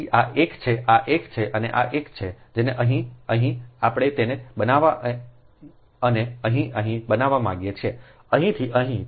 તેથી આ તે એક છે આ એક છે અને આ એક જ છે અને અહીં અહીં આપણે તેને બનાવવા અને અહીં અહીં બનાવવા માગીએ છીએઅહીંથી અહીં